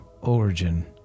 origin